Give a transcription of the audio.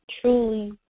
truly